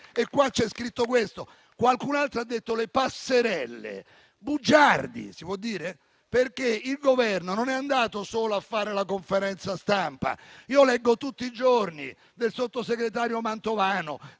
Questo c'è scritto nel testo. Qualcun altro ha parlato di passerelle. Bugiardi (si può dire?)! Il Governo non è andato solo a fare la conferenza stampa, io leggo tutti i giorni del sottosegretario Mantovano,